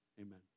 amen